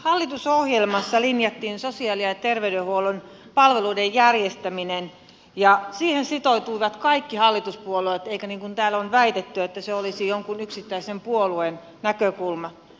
hallitusohjelmassa linjattiin sosiaali ja terveydenhuollon palveluiden järjestäminen ja siihen sitoutuivat kaikki hallituspuolueet eikä niin kuin täällä on väitetty että se olisi jonkun yksittäisen puolueen näkökulma